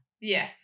Yes